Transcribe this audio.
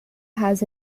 has